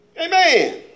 Amen